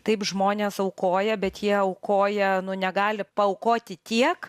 taip žmonės aukoja bet jie aukoja negali paaukoti tiek